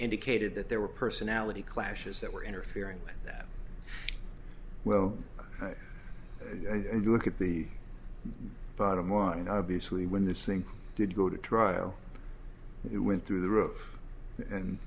indicated that there were personality clashes that were interfering with that well look at the bottom line and obviously when this thing did go to trial we went through the roof and